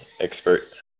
expert